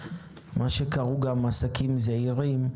מה שקראו גם עסקים זעירים.